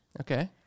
Okay